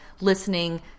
listening